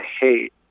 hate